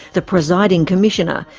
the presiding commissioner,